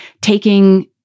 taking